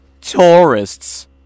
tourists